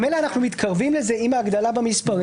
ממילא אנחנו מתקרבים לזה עם ההגדלה במספרים,